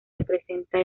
representa